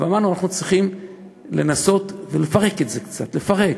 אמרנו שאנחנו צריכים לנסות ולפרק את זה קצת, לפרק.